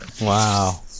Wow